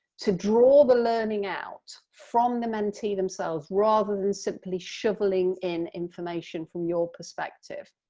to draw the learning out from the mentee themselves rather than simply shovelling in information from your perspective.